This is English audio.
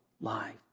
life